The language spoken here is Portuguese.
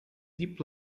deep